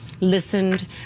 listened